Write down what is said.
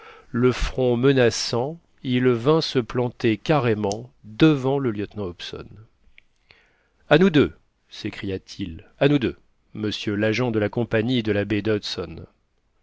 le front menaçant il vint se planter carrément devant le lieutenant hobson à nous deux s'écria-t-il à nous deux monsieur l'agent de la compagnie de la baie d'hudson